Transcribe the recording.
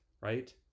right